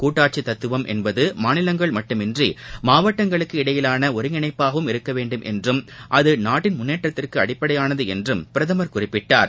கூட்டாட்சி தத்துவம் என்பது மாநிலங்கள் மட்டுமன்றி மாவட்டங்களுக்கு இடையேயான ஒருங்கிணைப்பாகவும் இருக்க வேண்டும் என்றும் அது நாட்டின் முன்னேற்றத்திற்கு அடிப்படையானது என்றும் பிரதமர் குறிப்பிட்டார்